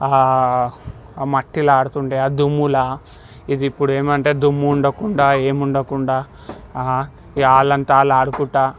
మట్టిలో ఆడుతుండే దుమ్ములా ఇది ఇప్పుడు ఏమంటే దుమ్ము ఉండకుండా ఏమి ఉండకుండా వాళ్ళంత వాళ్ళు ఆడుకుంటా